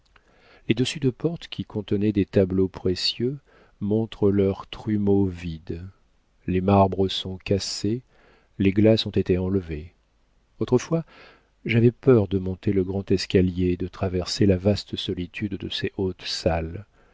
dessus de portes qui contenaient des tableaux précieux montrent leurs trumeaux vides les marbres sont cassés les glaces ont été enlevées autrefois j'avais peur de monter le grand escalier et de traverser la vaste solitude de ces hautes salles